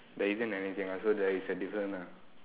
there isn't anything ah so there is a difference ah